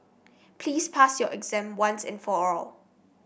please pass your exam once and for all